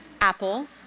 Apple